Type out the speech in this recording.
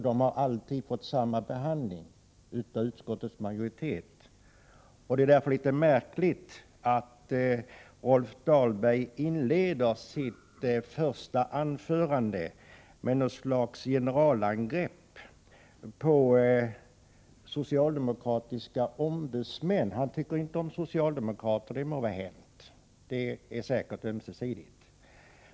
De har alltid fått samma behandling av utskottsmajoriteten. Därför är det litet märkligt att Rolf Dahlberg inledde sitt första anförande med något slags generalangrepp på socialdemokratiska ombudsmän. Han tycker inte om socialdemokrater — det må vara hänt, det är säkert ömsesidigt.